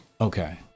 okay